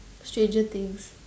stranger-things